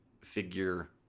Figure